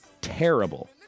terrible